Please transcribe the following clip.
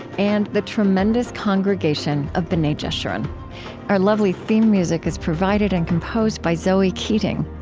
and the tremendous congregation of b'nai jeshurun our lovely theme music is provided and composed by zoe keating.